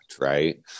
Right